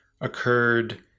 occurred